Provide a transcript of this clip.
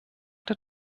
der